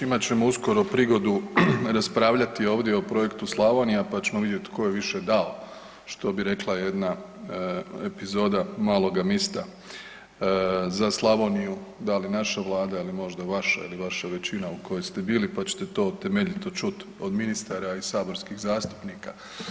Imat ćemo uskoro prigodu raspravljati ovdje o projektu Slavonija, pa ćemo vidjeti tko je više dao što bi rekla jedna epizoda „Maloga mista“ za Slavoniju, da li naša Vlada ili možda vaša ili vaša većina u kojoj ste bili pa ćete to temeljito čut od ministara i saborskih zastupnika.